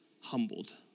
humbled